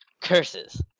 Curses